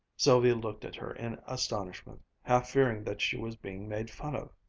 sylvia looked at her in astonishment, half fearing that she was being made fun of.